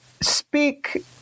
speak